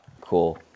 Cool